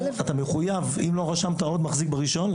אם לא רשמת עוד מחזיק ברישיון,